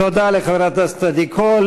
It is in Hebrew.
תודה לחברת הכנסת עדי קול.